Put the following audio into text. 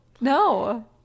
no